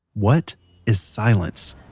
what is silence?